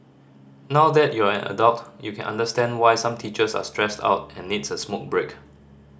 now that you're an adult you can understand why some teachers are stressed out and needs a smoke break